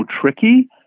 tricky